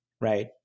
right